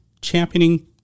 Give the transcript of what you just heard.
championing